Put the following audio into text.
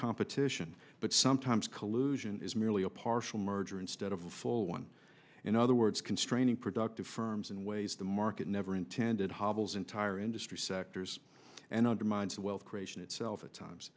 competition but sometimes collusion is merely a partial merger instead of a full one in other words constraining productive firms in ways the market never intended hobbles entire industry sectors and undermines the wealth creation itself at times